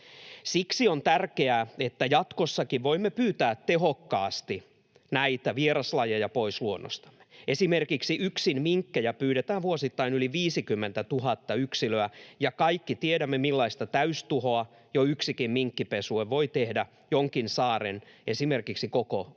Siksi on tärkeää, että jatkossakin voimme pyytää tehokkaasti näitä vieraslajeja pois luonnostamme. Esimerkiksi yksin minkkejä pyydetään vuosittain yli 50 000 yksilöä, ja kaikki tiedämme, millaista täystuhoa jo yksikin minkkipesue voi tehdä jonkin saaren esimerkiksi koko